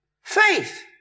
faith